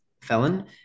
Felon